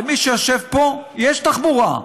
למי שיושב פה יש תחבורה,